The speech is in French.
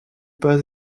pas